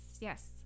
Yes